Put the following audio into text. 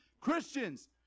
Christians